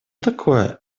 такое